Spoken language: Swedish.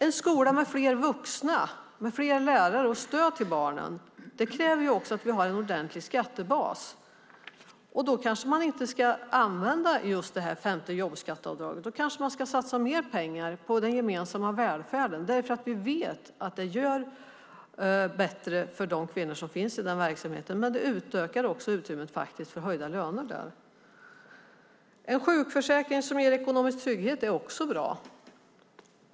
En skola med fler vuxna, fler lärare och stöd till barnen kräver också att vi har en ordentlig skattebas, och då kanske man inte ska använda just det här femte jobbskatteavdraget. I stället kanske man ska satsa mer pengar på den gemensamma välfärden, för vi vet att det gör det bättre för de kvinnor som finns i den verksamheten, och det ökar också utrymmet för höjda löner där. En sjukförsäkring som ger ekonomisk trygghet är också bra.